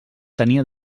tenia